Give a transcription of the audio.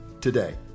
today